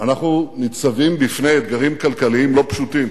אנחנו ניצבים בפני אתגרים כלכליים לא פשוטים,